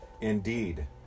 Indeed